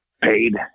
paid